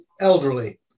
elderly